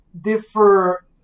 differ